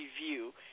review